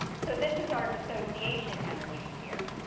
so this is our dissociation energy here.